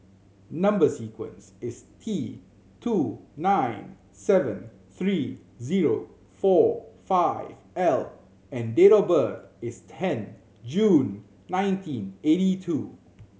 number sequence is T two nine seven three zero four five L and date of birth is ten June nineteen eighty two